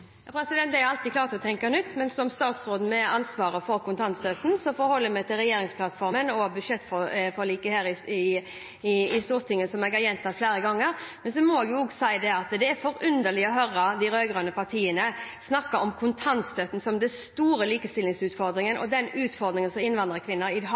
Jeg er alltid klar til å tenke nytt, men som den statsråden som har ansvaret for kontantstøtten, forholder jeg meg til regjeringsplattformen og budsjettforliket her i Stortinget, som jeg har gjentatt flere ganger. Men så må jeg også si at det er forunderlig å høre de rød-grønne partiene snakke om kontantstøtten som den store likestillingsutfordringen